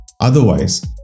Otherwise